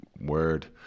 word